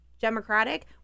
democratic